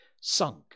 sunk